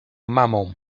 mamą